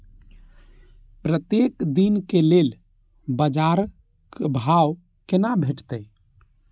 प्रत्येक दिन के लेल बाजार क भाव केना भेटैत?